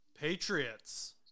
Patriots